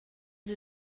sie